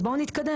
אז בואו נתקדם.